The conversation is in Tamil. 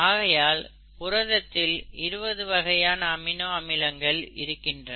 ஆகையால் புரதத்தில் 20 வகையான அமினோ அமிலங்கள் இருக்கின்றன